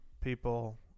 people